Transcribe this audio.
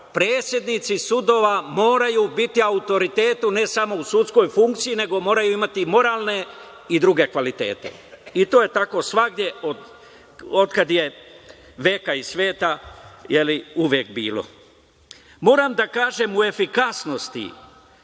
predsednici sudova moraju biti autoriteti, ne samo u sudskoj funkciji, nego moraju imati moralne i druge kvalitete. To je tako svuda, od kada je veka i sveta, uvek bilo. Moram da kažem o efikasnosti,